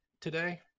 today